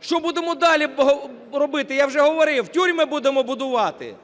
Що будемо далі робити? Я вже говорив, тюрми будемо будувати?